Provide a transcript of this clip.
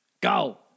Go